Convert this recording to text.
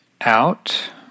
out